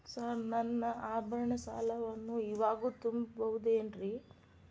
Sir ನನ್ನ ಆಭರಣ ಸಾಲವನ್ನು ಇವಾಗು ತುಂಬ ಬಹುದೇನ್ರಿ?